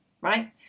right